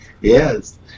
yes